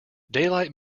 daylight